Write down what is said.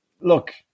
look